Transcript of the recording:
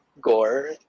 gore